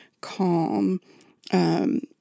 calm